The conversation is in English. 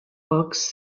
books